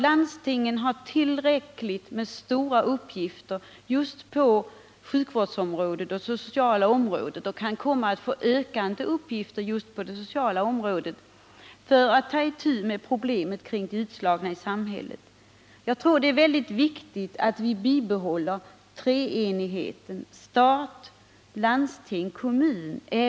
Landstingen har så stora uppgifter på sjuk vårdsområdet och det sociala området — och kan dessutom komma att få ökande uppgifter just på det sociala området — så att de inte har möjlighet att ta itu med problemen kring de utslagna i samhället. Jag tror att det är viktigt att vi bibehåller treenigheten stat-landsting-kommun.